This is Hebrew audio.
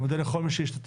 אני מודה לכל מי שהשתתף.